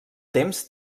temps